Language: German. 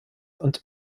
und